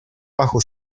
bajo